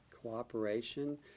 cooperation